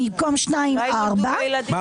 במקום שניים ארבעה --- מה,